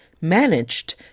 managed